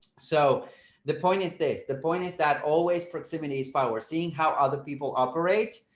so the point is this the point is that always proximity is power seeing how other people operate.